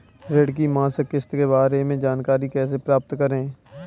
ऋण की मासिक किस्त के बारे में जानकारी कैसे प्राप्त करें?